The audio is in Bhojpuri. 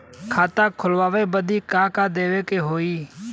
खाता खोलावे बदी का का देवे के होइ?